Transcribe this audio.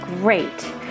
great